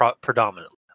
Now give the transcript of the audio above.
predominantly